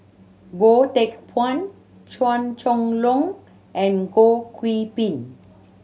Goh Teck Phuan Chua Chong Long and Goh Qiu Bin